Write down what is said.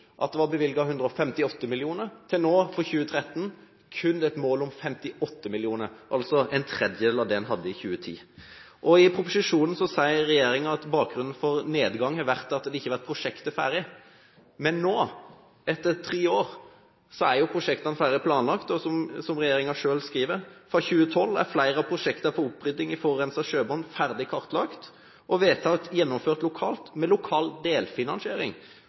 158 mill. kr, mens det for 2013 kun er et mål om 58 mill. kr – altså en tredel av det en hadde i 2010. I proposisjonen sier regjeringen at bakgrunnen for nedgangen har vært at det ikke har vært prosjekter ferdig, men nå, etter tre år, er jo prosjektene ferdig planlagt, og, som regjeringen selv skriver, fra 2012 er flere av prosjektene for opprydding i forurenset sjøvann ferdig kartlagt og vedtak gjennomført lokalt med lokal delfinansiering,